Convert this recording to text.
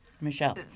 Michelle